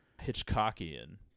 Hitchcockian